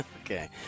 Okay